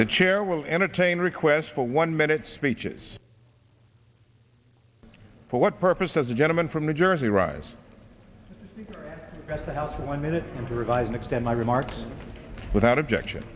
the chair will entertain requests for one minute speeches for what purpose does the gentleman from new jersey rise without one minute to revise and extend my remarks without objection